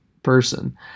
Person